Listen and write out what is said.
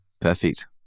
Perfect